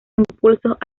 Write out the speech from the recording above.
impulsos